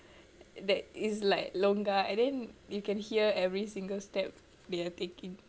that is like longgar and then you can hear every single step they are taking